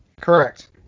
Correct